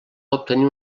obtenir